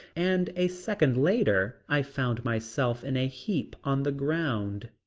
and a second later i found myself in a heap on the ground.